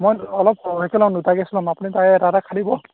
মই অলপ সৰহিয়াকৈ ল'ম দুটা কেছ ল'ম আপুনি তাৰে এটা এটা খাই দিব